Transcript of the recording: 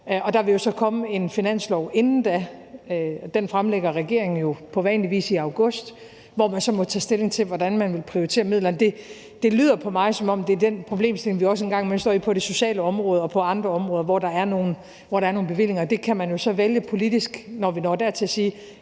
der vil jo komme en finanslov inden da. Den fremlægger regeringen på vanlig vis i august, hvor man så må tage stilling til, hvordan man vil prioritere midlerne. Det lyder på mig, som om det er den problemstilling, vi også en gang imellem står i på det sociale område og på andre områder, hvor der er nogle bevillinger. Der kan man jo vælge politisk, når vi når dertil, at sige: